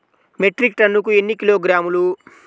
Metric టన్నుకు ఎన్ని కిలోగ్రాములు?